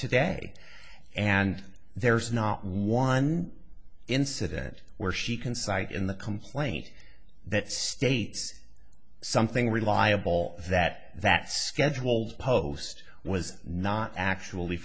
today and there's not one incident where she can cite in the complaint that states something reliable that that scheduled post was not actually